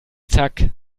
zack